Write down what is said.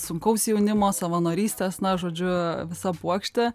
sunkaus jaunimo savanorystės na žodžiu visa puokštė